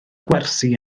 gwersi